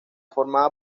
formada